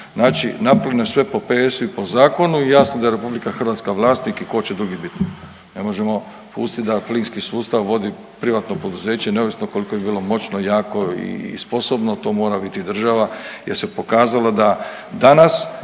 Znači napravljeno je sve po PS-u i po zakonu i jasno da je RH vlasnik i ko će drugi biti. Ne možemo pustit da plinski sustav vodi privatno poduzeće neovisno koliko bi bilo moćno, jako i sposobno, to mora biti država jer se pokazalo da danas